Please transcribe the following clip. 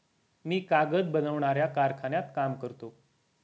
मी कागद बनवणाऱ्या कारखान्यात काम करतो